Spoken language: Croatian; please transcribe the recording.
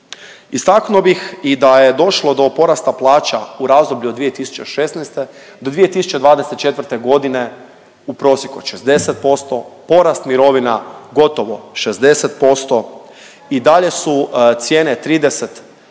Istaknuo bih i da je došlo do porasta plaća u razdoblju od 2016. do 2024.g. u prosjeku od 60%, porast mirovina gotovo 60% i dalje su cijene 30